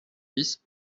dix